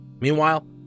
Meanwhile